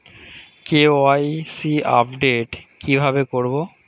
KYC update কি ভাবে করবো?